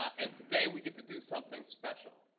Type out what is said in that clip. and today, we get to do something special.